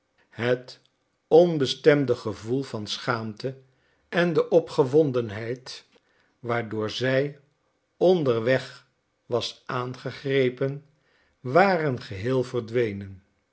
het onbestemde gevoel van schaamte en de opgewondenheid waardoor zij onderweg was aangegrepen waren geheel verdwenen